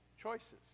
choices